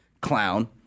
clown